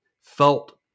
felt